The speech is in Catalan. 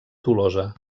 tolosa